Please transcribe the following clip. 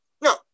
No